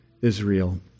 Israel